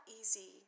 easy